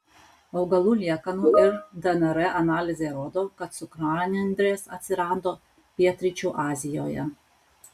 augalų liekanų ir dnr analizė rodo kad cukranendrės atsirado pietryčių azijoje